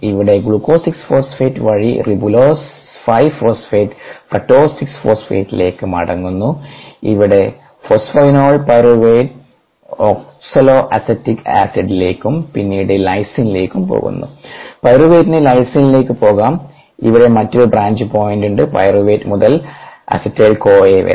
ഇവിടെ glucose 6 phosphate വഴി ribulose 5 phosphate fructose 6 ഫോസ്ഫേറ്റിലേക്ക് മടങ്ങുന്നു ഇവിടെ ഫോസ്ഫോനോൽ പൈറുവേറ്റ് ഓക്സലോഅസെറ്റിക് ആസിഡിലേക്കും പിന്നീട് ലൈസിനിലേക്കും പോകുന്നു പൈറുവേറ്റിന് ലൈസിനിലേക്കും പോകാം ഇവിടെ മറ്റൊരു ബ്രാഞ്ച് പോയിന്റുണ്ട് പൈറുവേറ്റ് മുതൽ അസറ്റൈൽ കോ വരെ